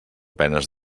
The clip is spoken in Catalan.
penes